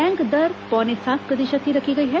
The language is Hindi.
बैंक दर पौने सात प्रतिशत ही रखी गयी है